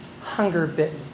hunger-bitten